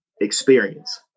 Experience